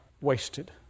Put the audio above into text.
wasted